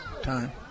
time